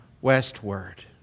westward